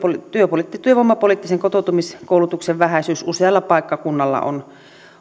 niin työvoimapoliittisen kotoutumiskoulutuksen vähäisyys usealla paikkakunnalla on